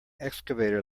excavator